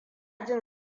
jin